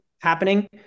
happening